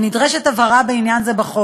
בעניין זה נדרשת הבהרה בחוק,